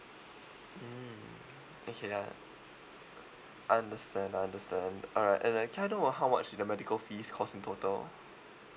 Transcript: mm okay uh understand understand alright and uh can I know how much the medical fees cost in total